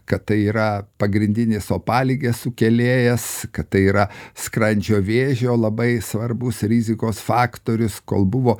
kad tai yra pagrindinis opaligės sukėlėjas kad tai yra skrandžio vėžio labai svarbus rizikos faktorius kol buvo